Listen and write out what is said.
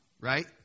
right